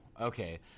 okay